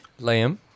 Liam